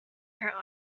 her